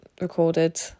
recorded